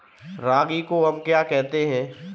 रागी को हम क्या कहते हैं?